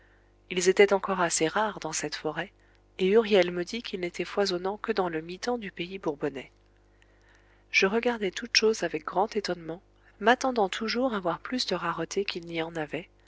ils étaient encore assez rares dans cette forêt et huriel me dit qu'ils n'étaient foisonnants que dans le mitant du pays bourbonnais je regardais toutes choses avec grand étonnement m'attendant toujours à voir plus de raretés qu'il n'y en avait